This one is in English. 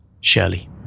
Shirley